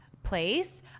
Place